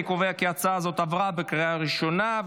אני קובע כי ההצעה הזאת עברה בקריאה השנייה.